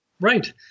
Right